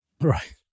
Right